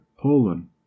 Poland